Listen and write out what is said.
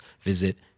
visit